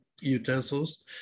utensils